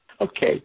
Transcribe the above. Okay